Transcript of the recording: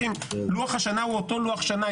לוח השנה הוא אותו לוח שנה.